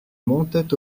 montait